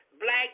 Black